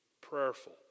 Prayerful